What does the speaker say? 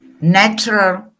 natural